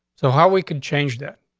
so how we could change that?